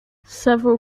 several